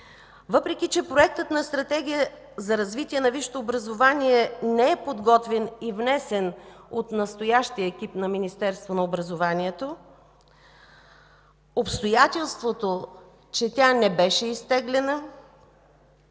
Въпреки че проектът на Стратегия за развитие на висшето образование не е подготвен и внесен от настоящия екип на Министерството на образованието обстоятелството, че тя не беше изтеглена